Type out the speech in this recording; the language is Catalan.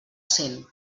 cent